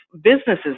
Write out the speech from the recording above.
businesses